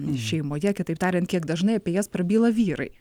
šeimoje kitaip tariant kiek dažnai apie jas prabyla vyrai